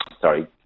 Sorry